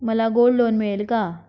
मला gold loan मिळेल का?